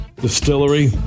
Distillery